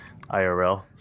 IRL